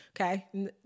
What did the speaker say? Okay